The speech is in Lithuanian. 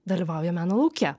dalyvauja meno lauke